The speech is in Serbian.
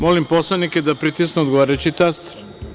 Molim poslanike da pritisnu odgovarajući taster.